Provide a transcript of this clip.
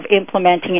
implementing